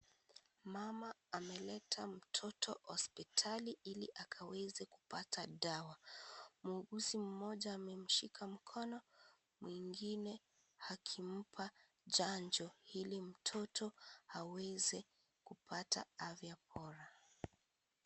Mama ameleta mtoto hospitali ili akaweze kupata dawa. Muuguzi mmoja amemshika mkono mwingine akimpa chanjo ili mtoto aweze kupata afya poa.